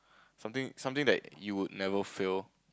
something something that you would never fail